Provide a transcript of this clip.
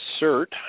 insert